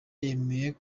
yemera